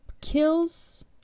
kills